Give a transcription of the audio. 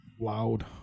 loud